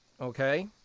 okay